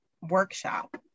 workshop